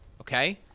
okay